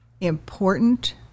important